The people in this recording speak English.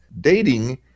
dating